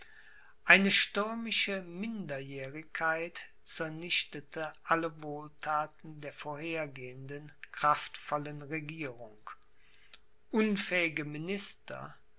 eine stürmische minderjährigkeit zernichtete alle wohlthaten der vorhergehenden kraftvollen regierung unfähige